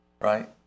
Right